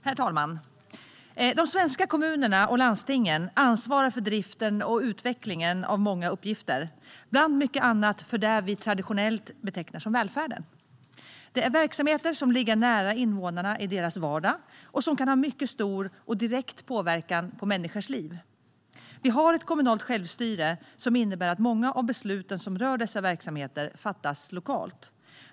Herr talman! De svenska kommunerna och landstingen ansvarar för driften och utvecklingen av många uppgifter, bland mycket annat för det vi traditionellt betecknar som välfärden. Det är verksamheter som ligger nära invånarna i deras vardag och som kan ha mycket stor och direkt påverkan på människors liv. Vi har ett kommunalt självstyre som innebär att många av besluten som rör dessa verksamheter fattas lokalt.